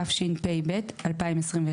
התשפ"ב 2021,